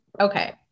okay